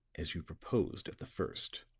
as you proposed at the first.